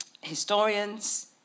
historians